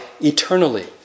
eternally